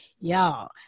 Y'all